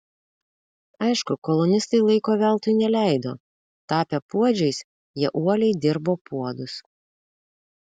aišku kolonistai laiko veltui neleido tapę puodžiais jie uoliai dirbo puodus